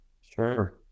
sure